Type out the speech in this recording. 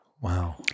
Wow